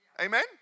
Amen